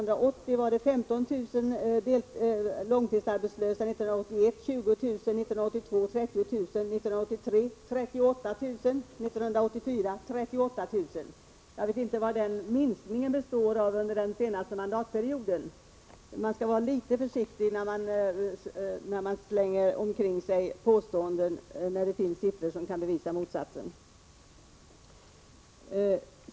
Det var 15 000 långtidsarbetslösa år 1980, 20 000 år 1981, 30 000 år 1982, 38 000 år 1983 och 38 000 år 1984. Jag vet alltså inte vad minskningen består av under den senaste mandatperioden. Man skall vara litet försiktig med att slänga omkring sig påståenden, när det finns siffror som kan bevisa motsatsen.